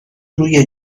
روی